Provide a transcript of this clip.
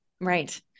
Right